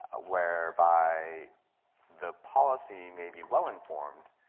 whereby the policy may be well informed,